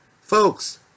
Folks